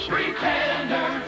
Pretender